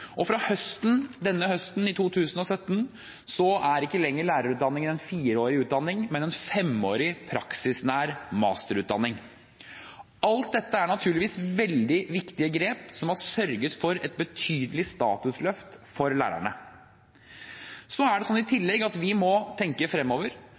matematikk. Fra høsten 2017 er ikke lenger lærerutdanningen en fireårig utdanning, men en femårig, praksisnær masterutdanning. Alt dette er naturligvis veldig viktige grep som har sørget for et betydelig statusløft for lærerne. I tillegg må vi tenke fremover og sørge for at flinke lærere i klasserommet kan gjøre karriere, uten at det